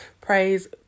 Praise